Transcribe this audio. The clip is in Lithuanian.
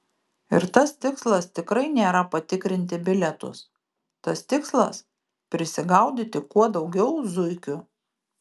ir tas tikslas tikrai nėra patikrinti bilietus tas tikslas prisigaudyti kuo daugiau zuikių